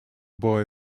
boy